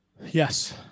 yes